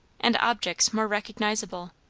and objects more recognisable,